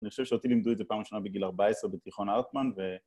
אני חושב שאותי לימדו את זה פעם ראשונה בגיל 14 בתיכון הארטמן, ו...